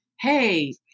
Hey